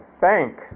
bank